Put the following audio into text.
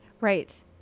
Right